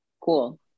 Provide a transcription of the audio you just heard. cool